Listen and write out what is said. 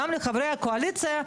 גם לחברי הקואליציה,